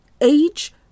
age